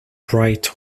bright